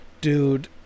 dude